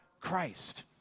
Christ